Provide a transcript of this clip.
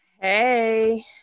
hey